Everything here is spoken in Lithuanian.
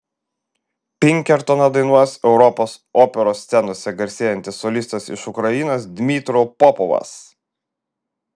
pinkertoną dainuos europos operos scenose garsėjantis solistas iš ukrainos dmytro popovas